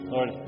Lord